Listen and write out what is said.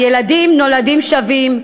הילדים נולדים שווים.